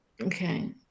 Okay